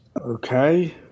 okay